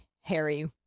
Harry